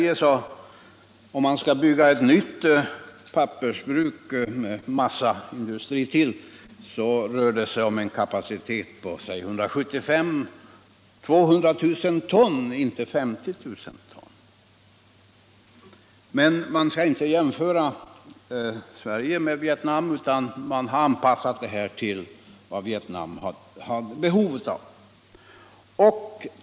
Om man i Sverige skulle bygga ett nytt pappersbruk med tillhörande massaindustri, skulle det röra sig om en kapacitet på 175 000-200 000 ton, inte 50 000 ton. Men man skall inte jämföra Sverige och Vietnam och man har anpassat den här anläggningen till vad Vietnam har behov av.